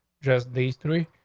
just these three,